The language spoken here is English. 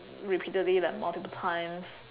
repeatedly like multiple times